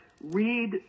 read